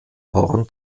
horn